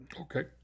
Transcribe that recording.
Okay